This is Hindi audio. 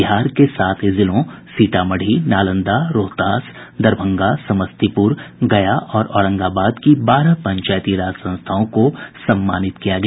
बिहार के सात जिलों सीतामढ़ी नालंदा रोहतास दरभंगा समस्तीपुर गया और औरंगाबाद की बारह पंचायती राज संस्थाओं को सम्मानित किया गया